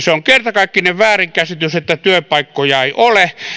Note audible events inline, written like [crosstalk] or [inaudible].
[unintelligible] se on kertakaikkinen väärinkäsitys että työpaikkoja ei ole